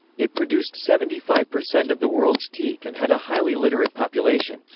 it produced seventy five percent of the world's teak and had a highly literate population.